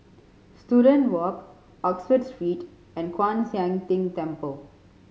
Student Walk Oxford Street and Kwan Siang Tng Temple